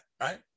right